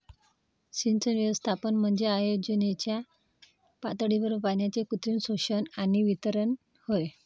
सिंचन व्यवस्थापन म्हणजे योजनेच्या पातळीवर पाण्याचे कृत्रिम शोषण आणि वितरण होय